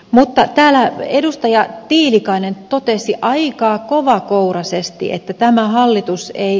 mutta täällä edustaja tiilikainen totesi ainakaan kovakouraisesti että tämä hallitus ei